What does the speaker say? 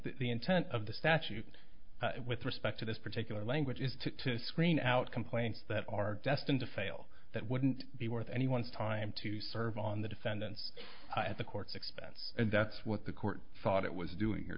the intent of the statute with respect to this particular language is to screen out complaints that are destined to fail that wouldn't be worth anyone's time to serve on the defendants at the court's expense and that's what the court thought it was doing